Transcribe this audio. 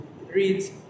reads